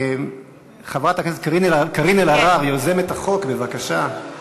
חברת הכנסת קארין אלהרר יוזמת החוק, בבקשה.